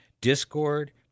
discord